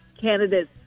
candidates